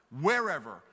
wherever